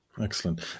excellent